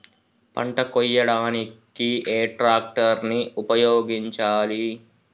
పంట కోయడానికి ఏ ట్రాక్టర్ ని ఉపయోగించాలి?